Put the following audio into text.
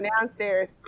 downstairs